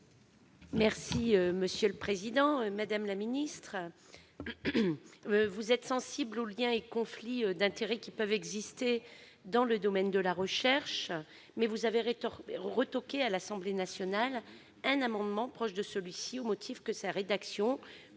Mme Cathy Apourceau-Poly. Madame la ministre, vous êtes sensible aux liens et conflits d'intérêts qui peuvent exister dans le domaine de la recherche, mais vous avez rejeté, à l'Assemblée nationale, un amendement proche de celui-ci, au motif que son adoption